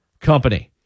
company